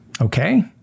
Okay